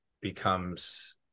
becomes